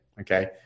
okay